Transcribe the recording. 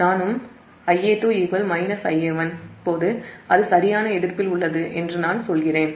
Ia2 Ia1 போது அது சரியான எதிர்ப்பில் உள்ளது என்று நான் சொல்கிறேன்